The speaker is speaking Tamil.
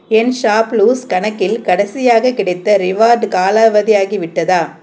என் ஷாப்ளூஸ் கணக்கில் கடைசியாக கிடைத்த ரிவார்டு காலாவதியாகி விட்டதா